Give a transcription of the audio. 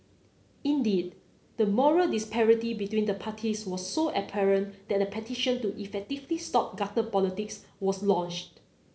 indeed the moral disparity between the parties was so apparent that a petition to effectively stop gutter politics was launched